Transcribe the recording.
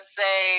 say